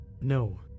no